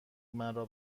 مرا